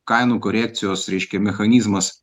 kainų korekcijos reiškia mechanizmas